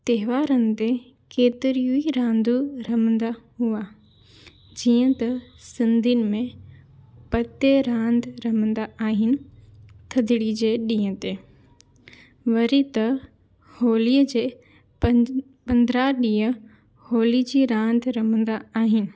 त्योहरनि ते केतिरियूं ई रांदियूं रमंदा हुआ जीअं त सिंधियुनि में पते रांद रमंदा आहिनि थधिड़ी जे ॾींहं ते वरी त होलीअ जे पं पंद्रहां ॾींहं होली जी रांदि रमंदा आहिनि